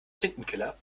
tintenkiller